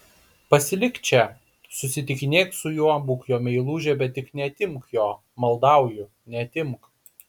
pasilik čia susitikinėk su juo būk jo meilužė bet tik neatimk jo maldauju neatimk